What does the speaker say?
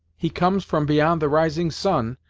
he comes from beyond the rising sun,